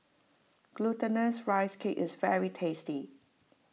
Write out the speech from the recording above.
Glutinous Rice Cake is very tasty